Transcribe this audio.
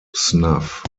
snuff